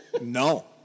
No